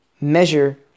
measure